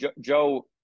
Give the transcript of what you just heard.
Joe